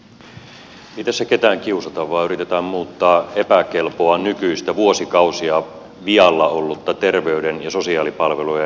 ei tässä ketään kiusata vaan yritetään muuttaa nykyistä epäkelpoa vuosikausia vialla ollutta terveyden ja sosiaalipalvelujen hallintoa